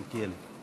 בבקשה, אדוני.